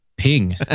ping